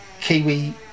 Kiwi